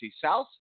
South